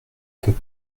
peux